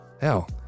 hell